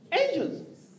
angels